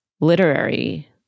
literary